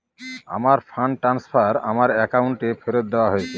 আমার fund transfer আমার অ্যাকাউন্টে ফেরত দেওয়া হয়েছে